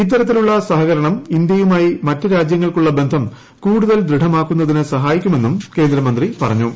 ഇത്തരത്തിലുള്ള സഹകരണം ഇന്ത്യയുമായി മറ്റ് രാജ്യങ്ങൾക്കുള്ള ബന്ധം കൂടുതൽ ദൃഢമാക്കുന്നതിന് സഹായിക്കുമെന്നും കേന്ദ്ര മന്ത്രി പറഞ്ഞു